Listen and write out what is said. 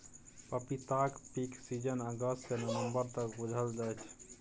पपीताक पीक सीजन अगस्त सँ नबंबर तक बुझल जाइ छै